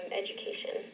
education